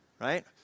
right